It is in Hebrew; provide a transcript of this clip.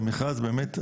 זה מכרז באמת,